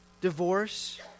divorce